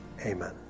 Amen